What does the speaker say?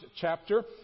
chapter